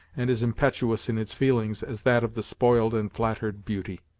and as impetuous in its feelings, as that of the spoiled and flattered beauty.